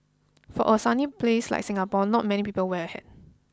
for a sunny place like Singapore not many people wear a hat